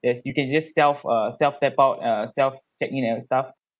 there's you can just self uh self tap out uh self check in and stuff